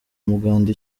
umuganda